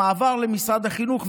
המעבר למשרד החינוך.